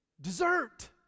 dessert